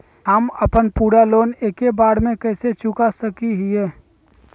हम अपन पूरा लोन एके बार में कैसे चुका सकई हियई?